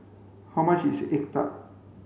how much is egg tart